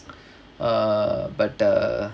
err but err